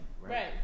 Right